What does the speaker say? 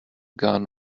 gun